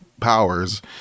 powers